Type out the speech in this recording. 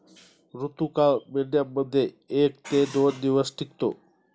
ऋतुकाळ मेंढ्यांमध्ये एक ते दोन दिवस टिकतो